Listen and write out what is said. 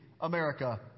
America